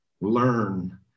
learn